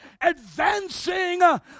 advancing